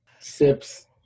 sips